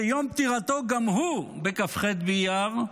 שיום פטירתו גם הוא בכ"ח באייר,